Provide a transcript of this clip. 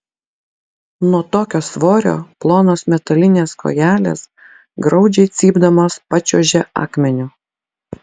nuo tokio svorio plonos metalinės kojelės graudžiai cypdamos pačiuožė akmeniu